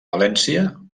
valència